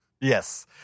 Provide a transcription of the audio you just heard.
Yes